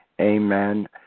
Amen